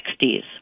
60s